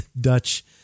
Dutch